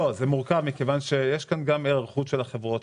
זה מורכב מכיוון שיש כאן גם היערכות של החברות.